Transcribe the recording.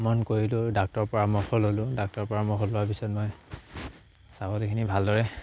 মন কৰিলোঁ ডাক্তৰ পৰামৰ্শ ল'লোঁ ডাক্তৰ পৰামৰ্শ লোৱাৰ পিছত মই ছাগলীখিনি ভালদৰে